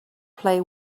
play